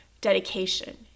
dedication